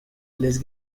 les